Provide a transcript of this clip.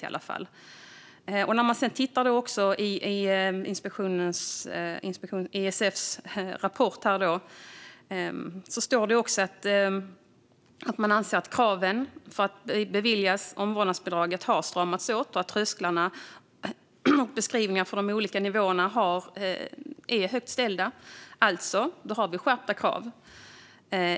I ISF:s rapport står det att man anser att kraven för att beviljas omvårdnadsbidraget har stramats åt och att trösklarna och beskrivningarna för de olika nivåerna är höga. Då har vi alltså skärpta krav.